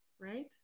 right